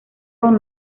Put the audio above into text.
con